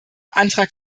antrag